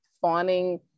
Fawning